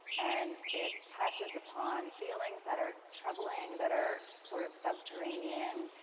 and it touches upon feelings that are troubling, that are sort of subterranean,